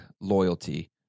loyalty